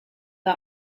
the